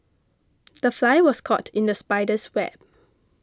the fly was caught in the spider's web